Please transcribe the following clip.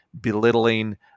belittling